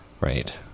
Right